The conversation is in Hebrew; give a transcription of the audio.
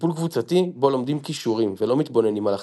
וטיפול קבוצתי בו לומדים כישורים ולא מתבוננים על אחרים.